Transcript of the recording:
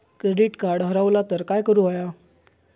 Credit card हरवला तर काय करुक होया?